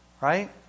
right